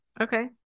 Okay